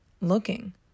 looking